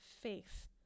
faith